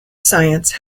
science